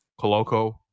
Coloco